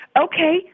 Okay